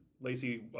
Lacey